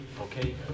okay